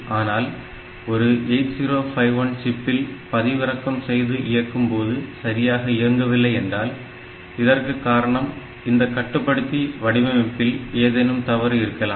ஆனால் ஒரு 8051 சிப்பில் பதிவிறக்கம் செய்து இயக்கும்போது சரியாக இயங்கவில்லை என்றால் இதற்கு காரணம் இந்த கட்டுப்படுத்தி வடிவமைப்பில் ஏதேனும் தவறு இருக்கலாம்